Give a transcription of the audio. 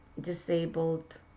disabled